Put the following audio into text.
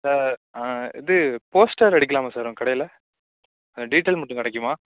sir இது poster அடிக்கலாமா sir உங்கள் கடையில் அந்த டீட்டைல் மட்டும் கிடைக்குமா